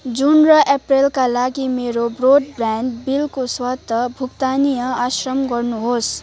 जुन र अप्रेलका लागि मेरो ब्रोडब्यान्ड बिलको स्वत भुक्तानीय अक्षम गर्नुहोस्